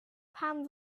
pam